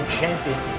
champion